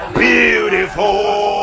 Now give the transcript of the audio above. beautiful